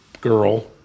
girl